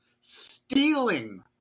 stealing